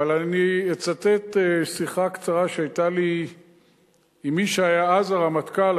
אבל אני אצטט שיחה קצרה שהיתה לי עם מי שהיה אז הרמטכ"ל,